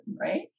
right